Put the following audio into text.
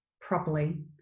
properly